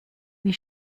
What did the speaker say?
wie